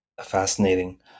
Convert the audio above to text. Fascinating